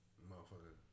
Motherfucker